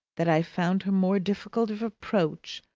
that i found her more difficult of approach,